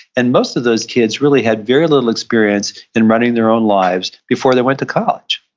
and most of those kids really had very little experience in running their own lives before they went to college